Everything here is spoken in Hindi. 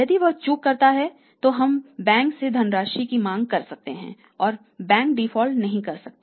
यदि वह चूक करता है तो हम बैंक से धनराशि की मांग कर सकते हैं और बैंक डिफ़ॉल्ट नहीं कर सकते